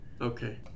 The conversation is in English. Okay